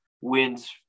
wins